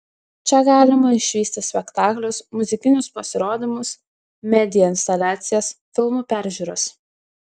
čia galima išvysti spektaklius muzikinius pasirodymus media instaliacijas filmų peržiūras